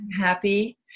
happy